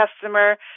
customer